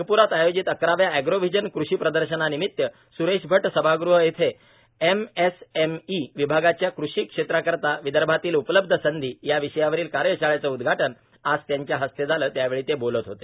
नागप्रात आयोजित अकराव्या एग्रोव्हिजन कृषी प्रदर्शनानिमित सुरेश अट सभागृह येथे एम एस एम ई विभागाच्या कृषी क्षेत्राकरता विदर्भातील उपलब्ध संधी या विषयावरील कार्यशाळेचे उद्घाटन आज त्यांच्या हस्ते झाले त्यावेळी ते बोलत होते